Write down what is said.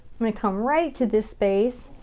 i'm gonna come right to this space.